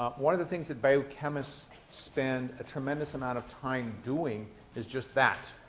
one of the things that biochemists spend a tremendous amount of time doing is just that